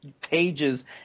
pages